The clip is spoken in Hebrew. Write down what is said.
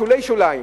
שולי שוליים?